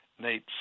Nate